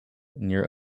near